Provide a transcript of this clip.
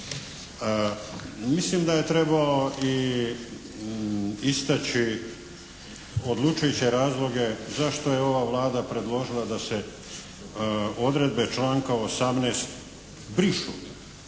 Mislim da je trebao i istaći odlučujuće razloge zašto je ova Vlada predložila da se odredbe članka 18. brišu,